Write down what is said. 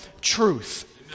truth